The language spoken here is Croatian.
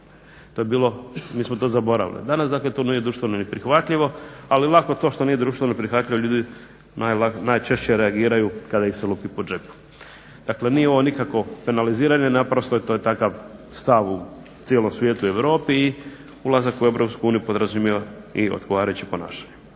To je bilo, mi smo to zaboravili. Danas dakle to nije društveno ni prihvatljivo. Ali lako to što nije društveno prihvatljivo. Ljudi najčešće reagiraju kada ih se lupi po džepu. Dakle, nije ovo nikakvo penaliziranje, naprosto to je takav stav u cijelom svijetu i u Europi. I ulazak u EU podrazumijeva i odgovarajuće ponašanje.